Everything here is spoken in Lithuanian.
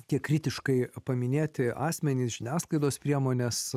kiek kritiškai paminėti asmenys žiniasklaidos priemones